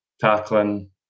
tackling